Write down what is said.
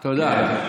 תודה.